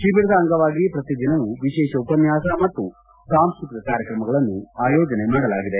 ತಿಬಿರದ ಅಂಗವಾಗಿ ಪ್ರತಿದಿನವೂ ವಿಶೇಷ ಉಪನ್ಯಾಸ ಮತ್ತು ಸಾಂಸ್ಟತಿಕ ಕಾರ್ಯಕ್ರಮಗಳನ್ನು ಆಯೋಜನೆ ಮಾಡಲಾಗಿದೆ